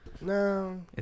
No